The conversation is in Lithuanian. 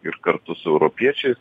ir kartu su europiečiais